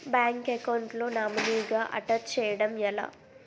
Bank account లో నామినీగా attach చేయడం ఎలా?